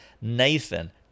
Nathan